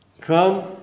Come